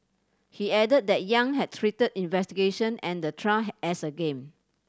he added that Yang had treated investigation and the trial as a game